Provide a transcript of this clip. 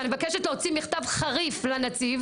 ואני מבקשת להוציא מכתב חריף לנציב,